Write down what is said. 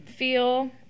feel